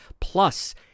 plus